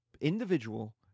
individual